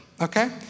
okay